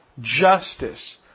justice